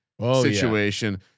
situation